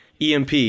EMP